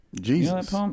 jesus